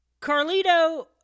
Carlito